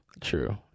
True